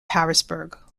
harrisburg